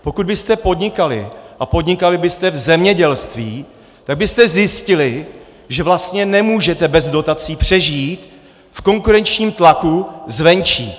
Pokud byste podnikali a podnikali byste v zemědělství, tak byste zjistili, že vlastně nemůžete bez dotací přežít v konkurenčním tlaku zvenčí.